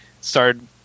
started